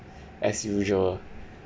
as usual